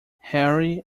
harry